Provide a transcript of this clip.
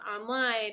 online